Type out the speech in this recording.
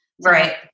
Right